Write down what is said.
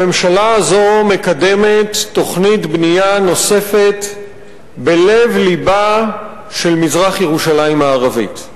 הממשלה הזו מקדמת תוכנית בנייה נוספת בלב-לבה של מזרח-ירושלים הערבית.